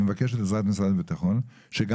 אני מבקש את עזרת משרד הביטחון ומבקש שגם